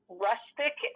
rustic